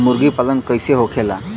मुर्गी पालन कैसे होखेला?